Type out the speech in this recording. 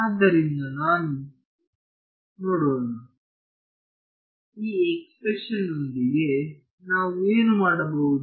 ಆದ್ದರಿಂದ ಈಗ ನಾವು ನೋಡೋಣ ಈ ಎಕ್ಸ್ಪ್ರೆಶನ್ ಒಂದಿಗೆ ನಾವು ಏನು ಮಾಡಬಹುದು